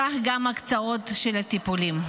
כך גם ההקצאות של הטיפולים.